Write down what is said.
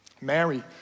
Mary